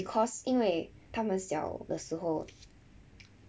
because 因为他们小的时候